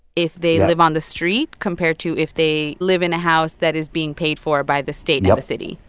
if they live on the street compared to if they live in a house that is being paid for by the state and the city